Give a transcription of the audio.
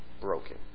broken